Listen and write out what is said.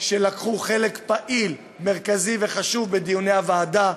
שלקחו חלק פעיל, מרכזי וחשוב בדיוני הוועדה.